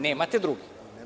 Nemate druge.